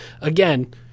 again